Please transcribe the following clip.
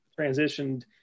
transitioned